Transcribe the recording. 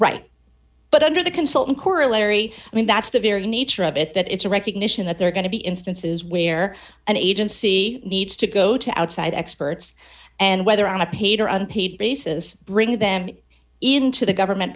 right but under the consultant corollary i mean that's the very nature of it that it's a recognition that there are going to be instances where an agency needs to go to outside experts and whether on a paid or unpaid basis bring them into the government